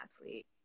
athlete